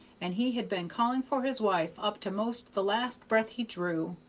and he had been calling for his wife up to most the last breath he drew.